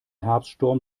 herbststurm